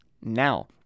now